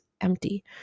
empty